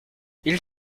ils